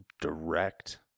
direct